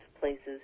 places